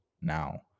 now